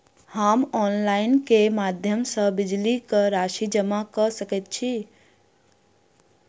हम ऑनलाइन केँ माध्यम सँ बिजली कऽ राशि जमा कऽ सकैत छी?